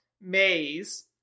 Maze